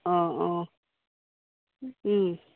অঁ অঁ